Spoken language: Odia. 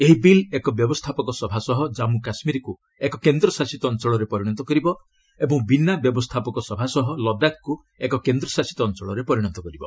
ଏହି ବିଲ୍ ଏକ ବ୍ୟବସ୍ଥାପକ ସଭାସହ ଜାମ୍ମ କାଶୁୀରକ୍ତ ଏକ କେନ୍ଦ୍ରଶାସିତ ଅଞ୍ଚଳରେ ପରିଣତ କରିବ ଏବଂ ବିନା ବ୍ୟବସ୍ଥାପକ ସଭାସହ ଲଦାଖ୍କୁ ଏକ କେନ୍ଦ୍ର ଶାସିତ ଅଞ୍ଚଳରେ ପରିଣତ କରିବ